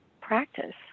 practice